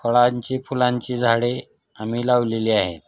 फळांची फुलांची झाडे आम्ही लावलेली आहेत